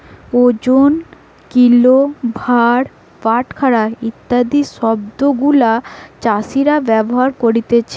ওজন, কিলো, ভার, বাটখারা ইত্যাদি শব্দ গুলা চাষীরা ব্যবহার করতিছে